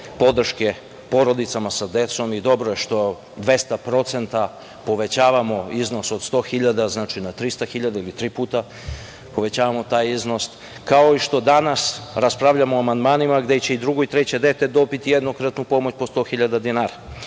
podrške porodicama sa decom. Dobro je što 200% povećavamo iznos od 100.000, znači na 300.000, ili tri puta povećavamo taj iznos, kao i što danas raspravljamo o amandmanima gde će i drugo i treće dete dobiti jednokratnu pomoć po 100.000